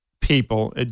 people